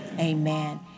Amen